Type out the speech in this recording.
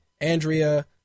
Andrea